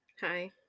Hi